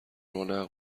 رونق